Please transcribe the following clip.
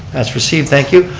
as received, thank you.